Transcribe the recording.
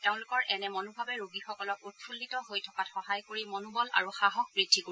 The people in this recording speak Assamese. তেওঁলোকৰ এনে মনোভাৱে ৰোগীসকলক উৎফুল্লিত হৈ থকাত সহায় কৰি মনোবল আৰু সাহস বৃদ্ধি কৰিব